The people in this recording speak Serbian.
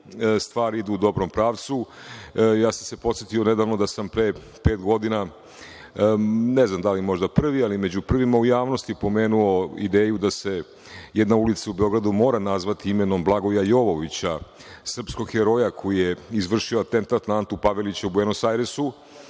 stvari idu u dobrom pravcu. Ja sam se podsetio nedavno da sam pre pet godina, ne znam da li možda prvi, ali možda među prvima u javnosti pomenuo ideju da se jedna ulica u Beogradu mora nazvati imenom Blagoja Jovovića, srpskog heroja koji je izvršio atentat na Antu Pavelića u Buenos Ariesu,